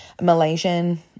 Malaysian